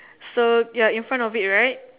so ya in front of it right